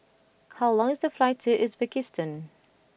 how long is the flight to Uzbekistan